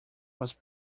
was